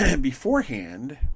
beforehand